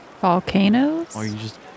Volcanoes